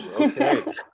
okay